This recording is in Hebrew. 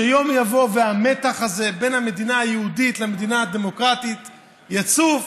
שיום יבוא והמתח הזה בין המדינה היהודית למדינה הדמוקרטית יצוף,